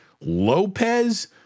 Lopez